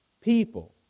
people